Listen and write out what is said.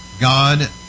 God